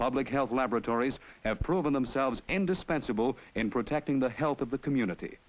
public health laboratories have proven themselves indispensable in protecting the health of the community